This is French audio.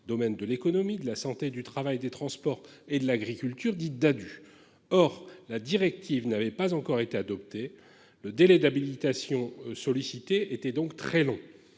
domaines de l'économie de la santé, du travail des transports et de l'agriculture dite Dadu. Or la directive n'avait pas encore été adopté, le délai d'habilitation sollicité était donc très long